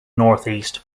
northeast